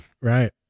Right